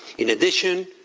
in addition,